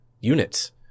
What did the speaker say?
units